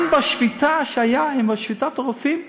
גם בשביתה שהייתה, שביתת הרופאים,